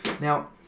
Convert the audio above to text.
Now